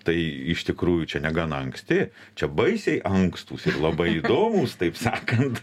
tai iš tikrųjų čia negana anksti čia baisiai ankstūs ir labai įdomūs taip sakant